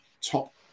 top